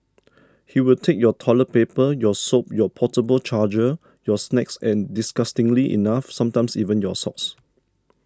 he will take your toilet paper your soap your portable charger your snacks and disgustingly enough sometimes even your socks